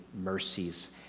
mercies